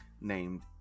named